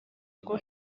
rwo